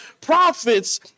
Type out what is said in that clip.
prophets